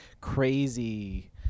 crazy